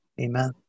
Amen